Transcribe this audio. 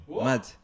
mad